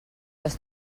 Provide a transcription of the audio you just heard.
les